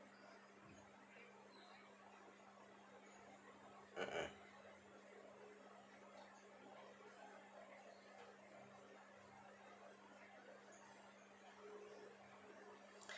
mm mm